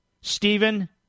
Stephen